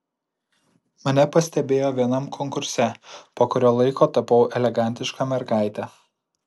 mane pastebėjo vienam konkurse po kurio laiko tapau elegantiška mergaite